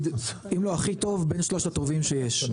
אם לא הכי טוב בין שלושת הטובים שיש,